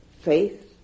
faith